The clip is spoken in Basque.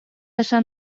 esan